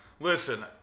Listen